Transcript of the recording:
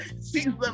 season